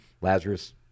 Lazarus